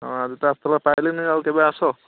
ହଁ ଆଜି ତ ଆସିଥିଲ ପାଇଲିନି ଆଉ କେବେ ଆସ